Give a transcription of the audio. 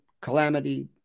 calamity